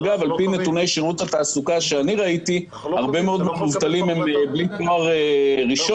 על פי נתוני שירות התעסוקה הרבה מאוד מהמובטלים הם בלי תואר ראשון,